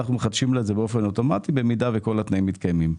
אנחנו מחדשים לה את זה באופן אוטומטי במידה וכל התנאים מתקיימים.